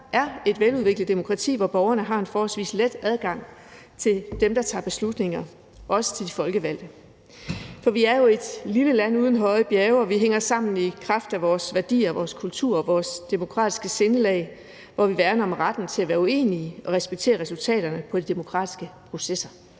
er et veludviklet demokrati, hvor borgerne har en forholdsvis let adgang til dem, der tager beslutninger – os, de folkevalgte. Vi er jo et lille land uden høje bjerge, og vi hænger sammen i kraft af vores værdier og vores kultur og vores demokratiske sindelag, hvor vi værner om retten til at være uenige og respekterer resultaterne af de demokratiske processer.